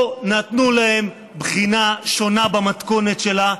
פה נתנו להם בחינה שונה במתכונת שלה,